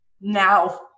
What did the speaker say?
Now